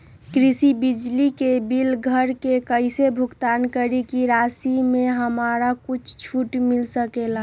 कृषि बिजली के बिल घर से कईसे भुगतान करी की राशि मे हमरा कुछ छूट मिल सकेले?